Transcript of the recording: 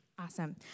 Awesome